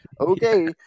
okay